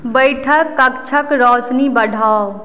बैठक कक्षके रोशनी बढ़ाऊ